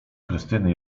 krystyny